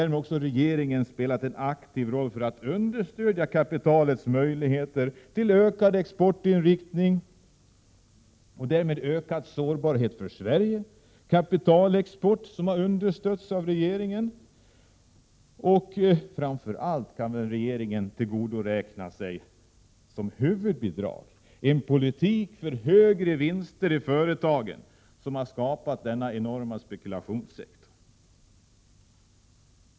Regeringen har också spelat en aktiv roll för att understödja kapitalets möjligheter till ökad exportinriktning och därmed ökad sårbarhet för Sverige. Kapitalexport har understötts av regeringen. Framför allt kan regeringen tillgodoräkna sig som ett huvudbidrag en politik för högre vinster i företagen, som har skapat denna enorma spekulationssektor.